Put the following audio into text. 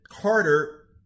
Carter